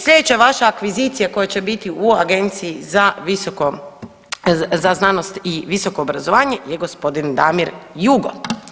Sljedeća vaša akvizicija koja će biti u Agenciji za znanost i visoko obrazovanje je gospodin Damir Jugo.